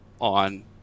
on